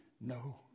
No